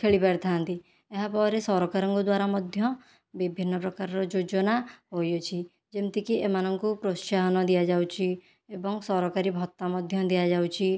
ଖେଳିପାରିଥାନ୍ତି ଏହା ପରେ ସରକାରଙ୍କ ଦ୍ୱାରା ମଧ୍ୟ ବିଭିନ୍ନ ପ୍ରକାରର ଯୋଜନା ହୋଇଅଛି ଯେମିତି କି ଏମାନଙ୍କୁ ପ୍ରୋତ୍ସାହନ ଦିଆଯାଉଛି ଏବଂ ସରକାରୀ ଭତ୍ତା ମଧ୍ୟ ଦିଆଯାଉଛି